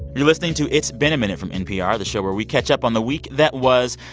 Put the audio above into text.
you're listening to it's been a minute from npr, the show where we catch up on the week that was.